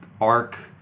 arc